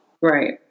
Right